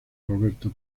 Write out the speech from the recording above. roberto